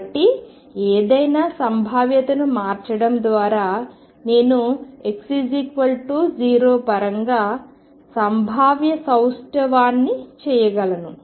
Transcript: కాబట్టి ఏదైనా సంభావ్యతను మార్చడం ద్వారా నేను x0 పరంగా సంభావ్య సౌష్టవాన్ని చేయగలను